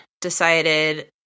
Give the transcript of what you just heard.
decided